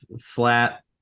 flat